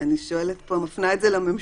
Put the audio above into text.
אני מפנה את זה לממשלה,